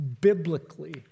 biblically